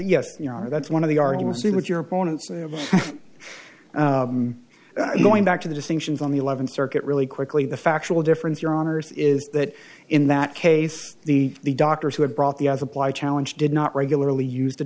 yes you know that's one of the arguments in which your opponents going back to the distinctions on the eleventh circuit really quickly the factual difference your honour's is that in that case the doctors who had brought the other apply challenge did not regularly use the